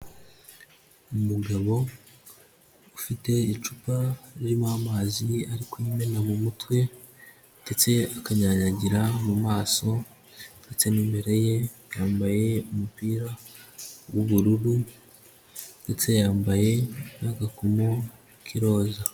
Umugabo ufite icupa ririmo amazi ye ari kuyimena mu mutwe ndetse akanyanyagira mu maso ndetse n'imbere ye, yambaye umupira w'ubururu ndetse yambaye n'agakomo k'iroza.